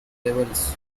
levels